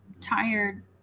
Tired